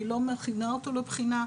אני לא מכינה אותו לבחינה,